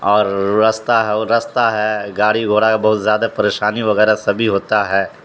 اور رستہ ہے وہ رستہ ہے گاڑی گھوڑا کا بہت زیادہ پریشانی وغیرہ سبھی ہوتا ہے